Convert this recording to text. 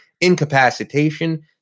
incapacitation